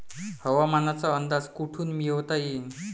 हवामानाचा अंदाज कोठून मिळवता येईन?